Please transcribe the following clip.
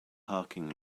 parking